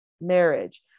marriage